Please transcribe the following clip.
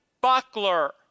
buckler